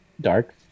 dark